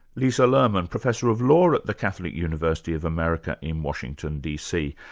lisa lerman, professor of law at the catholic university of america in washington, d. c.